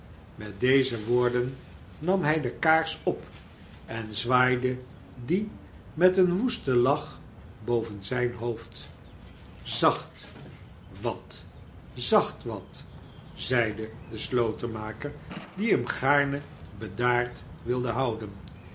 met deze woorden nam hij de kaars op en zwaaide die met een woesten lach boven zijn hoofd zacht wat zacht wat zeide de slotenmaker die hem gaarne bedaard wilde houden